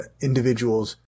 individuals